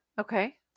okay